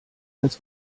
als